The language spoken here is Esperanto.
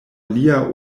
lia